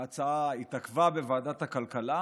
ההצעה התעכבה בוועדת הכלכלה.